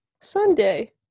Sunday